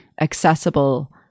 accessible